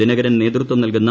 ദിനകരൻ നേതൃത്വം നൽകുന്ന എ